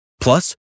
Plus